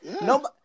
no